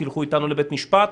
תלכו איתנו לבית משפט?